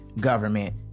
government